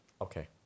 Okay